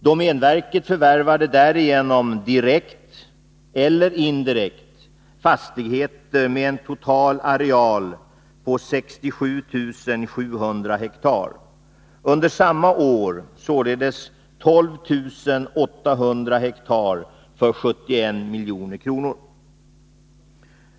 Domänverket förvärvade därigenom direkt eller indirekt fastigheter med en total areal på 67 700 hektar. Under samma år såldes 12 800 hektar för 71 milj.kr.